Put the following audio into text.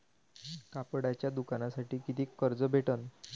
कापडाच्या दुकानासाठी कितीक कर्ज भेटन?